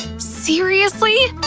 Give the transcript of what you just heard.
seriously!